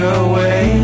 away